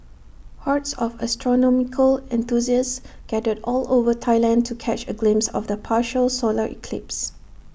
hordes of astronomical enthusiasts gathered all over Thailand to catch A glimpse of the partial solar eclipse